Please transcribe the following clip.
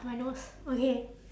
my nose okay